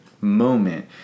moment